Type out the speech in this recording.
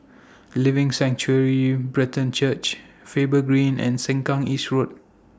Living Sanctuary Brethren Church Faber Green and Sengkang East Road